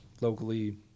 locally